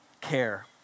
care